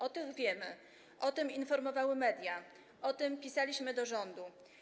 O tych wiemy, o tym informowały media, o tym pisaliśmy do rządu.